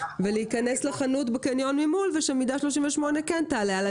ולהיכנס לחנות בקניון ממול ומידה 38 כן תעלה עלי.